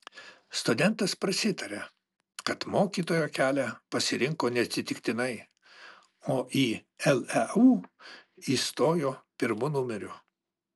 studentas prasitaria kad mokytojo kelią pasirinko neatsitiktinai o į leu įstojo pirmu numeriu